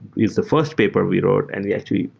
used the first paper we wrote and we actually